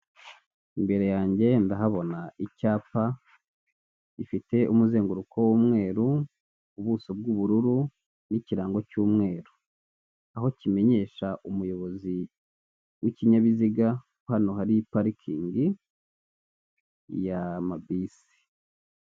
Imbere yanjye ndahabona icyapa gifite umuzenguruko w'umweru, ubuso b'ubururu n'ikirango cy'umweru, aho kimenyesha umuyobozi w'ikinyabiziga ko hano hari parikingi y'amabisi.